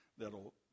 that'll